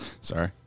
Sorry